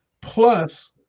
plus